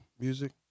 music